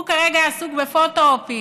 הוא כרגע עסוק בפוטו-אופים,